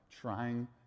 trying